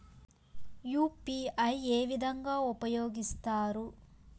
UPI ఏ విధంగా ఉపయోగిస్తారు?